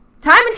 time